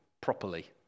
properly